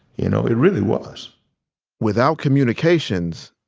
you know, it really was without communications,